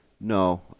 No